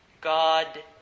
God